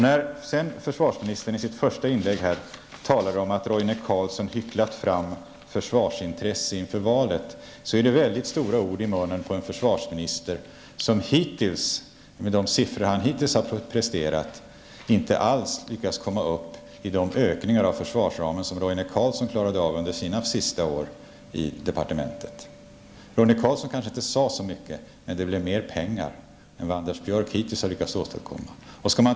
När försvarsministern i sitt första inlägg sade att Roine Carlsson hycklade ett försvarsintresse inför valet är det mycket stora ord i munnen på en försvarsminister, som hittills, med de siffror han har presterat, inte alls har lyckats komma upp i de ökningar av försvarsramen som Roine Carlsson klarade av under sina sista år i departementet. Roine Carlsson kanske inte sade så mycket, men det blev mer pengar under hans tid än vad Anders Björck hittills har lyckats åstadkomma.